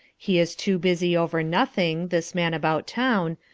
he is too busy over nothing, this man about town,